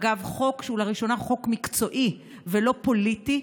אגב, חוק שהוא לראשונה חוק מקצועי ולא פוליטי,